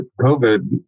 COVID